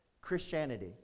Christianity